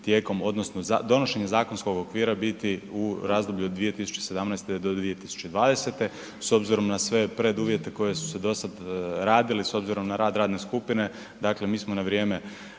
tijekom odnosno donošenje zakonskog okvira biti u razdoblju od 2017.-2020.s obzirom na sve preduvjete koji su se do sada radili, s obzirom na rad radne skupine mi smo na vrijeme